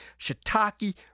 shiitake